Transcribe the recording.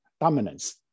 dominance